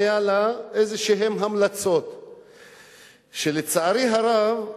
היו לה המלצות שלצערי הרב,